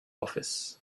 office